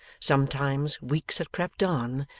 sometimes weeks had crept on,